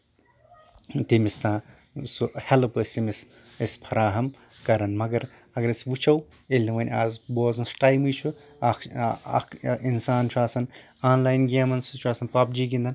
تٔمِس تام سُہ ہیلپ ٲسۍ أمِس أسۍ فراہم کران مَگر اَگر أسۍ وٕچھو ییٚلہِ نہٕ آز بوزنَس ٹایمہٕ چھُ اکھ اکھ اِنسان چھُ آسان آن لاین گیمَن سۭتۍ سُہ چھُ آسان پب جی گنٛدان